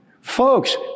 folks